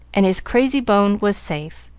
and his crazy-bone was safe.